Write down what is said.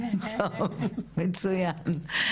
מצוין.